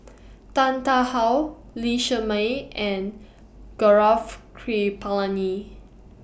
Tan Tarn How Lee Shermay and Gaurav Kripalani